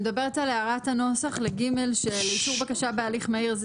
אני מדברת על הערת הנוסח ל-(ג) של אישור בקשה בהליך מהיר,